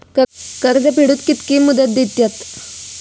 कर्ज फेडूक कित्की मुदत दितात?